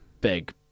Big